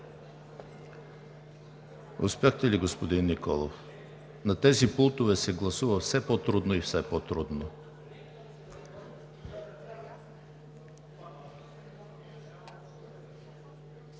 Успяхте ли, господин Николов? На тези пултове се гласува все по-трудно и по-трудно.